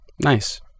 Nice